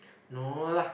no lah